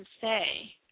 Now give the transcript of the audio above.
say